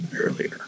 earlier